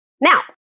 Now